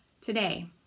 today